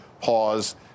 pause